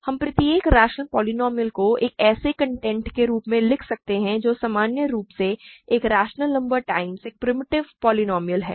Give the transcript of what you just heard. हम प्रत्येक rational polynomial को एक ऐसे कंटेंट के रूप में लिख सकते हैं जो सामान्य रूप से एक रैशनल नंबर टाइम्स एक प्रिमिटिव पोलीनोमिअल है